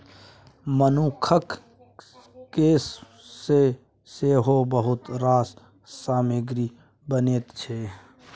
मनुखक केस सँ सेहो बहुत रास सामग्री बनैत छै